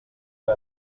que